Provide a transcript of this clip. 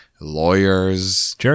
lawyers